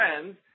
friends